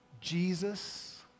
Jesus